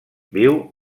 viu